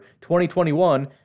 2021